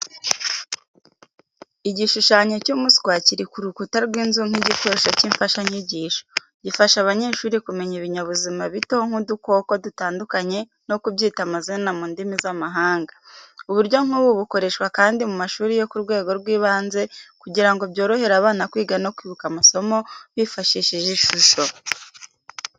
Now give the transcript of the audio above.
Igishushanyo cy’umuswa kiri ku rukuta rw’inzu nk’igikoresho cy’imfashanyigisho. Gifasha abanyeshuri kumenya ibinyabuzima bito nk’udukoko dutandukanye no kubyita amazina mu ndimi z’amahanga. Uburyo nk’ubu bukoreshwa kandi mu mashuri yo ku rwego rw’ibanze kugira ngo byorohere abana kwiga no kwibuka amasomo bifashishije ishusho.